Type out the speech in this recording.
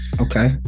Okay